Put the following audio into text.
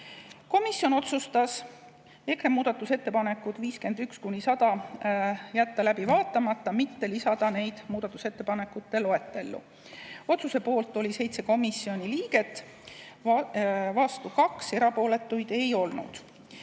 Komisjon otsustas EKRE muudatusettepanekud nr 51–100 jätta läbi vaatamata ja mitte lisada neid muudatusettepanekute loetellu. Otsuse poolt oli 7 komisjoni liiget, vastu 2, erapooletuid ei olnud.